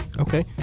okay